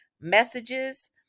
messages